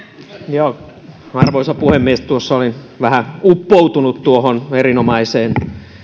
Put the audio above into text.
arvoisa puhemies olin vähän uppoutunut erinomaiseen